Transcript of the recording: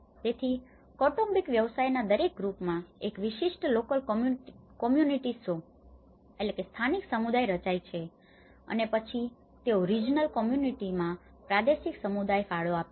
તેથી કૌટુંબિક વ્યવસાયોના દરેક ગ્રૂપમાં group જૂથ એક વિશિષ્ટ લોકલ કોમ્યુનિટીસો local communities સ્થાનિક સમુદાય રચાય છે અને પછી તેઓ રિજનલ કોમ્યુનિટીસમાં regional communities પ્રાદેશિક સમુદાય ફાળો આપે છે